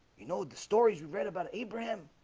you know the stories you read about abraham.